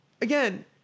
again